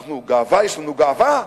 אנחנו, יש לנו גאווה.